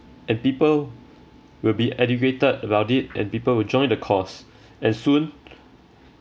and people will be educated about it and people will join the cause and soon